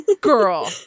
girl